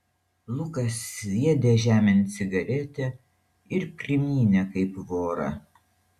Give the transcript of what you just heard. lukas sviedė žemėn cigaretę ir primynė kaip vorą